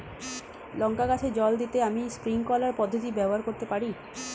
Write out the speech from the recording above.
লঙ্কা গাছে জল দিতে আমি স্প্রিংকলার পদ্ধতি ব্যবহার করতে পারি?